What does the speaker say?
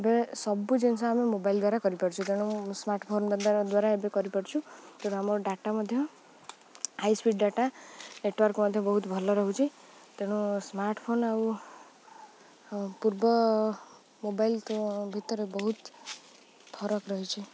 ଏବେ ସବୁ ଜିନିଷ ଆମେ ମୋବାଇଲ୍ ଦ୍ୱାରା କରିପାରୁଛୁ ତେଣୁ ସ୍ମାର୍ଟଫୋନ୍ ଦ୍ୱାରା ଏବେ କରିପାରୁଛୁ ତେଣୁ ଆମର ଡାଟା ମଧ୍ୟ ହାଇ ସ୍ପିଡ଼ ଡାଟା ନେଟୱାର୍କ ମଧ୍ୟ ବହୁତ ଭଲ ରହୁଛି ତେଣୁ ସ୍ମାର୍ଟଫୋନ୍ ଆଉ ପୂର୍ବ ମୋବାଇଲ୍ ଭିତରେ ବହୁତ ଫରକ ରହିଛି